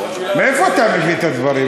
מאיפה אתה מביא את הדברים?